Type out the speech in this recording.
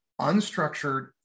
unstructured